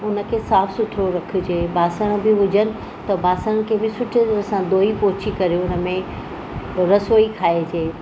हुनखे साफ़ सुथिरो रखिजे बासण बि हुजनि त बासण खे बि सुठे तरह सां धोई पोछी करे हुनमें रसोई खाइजे